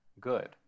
good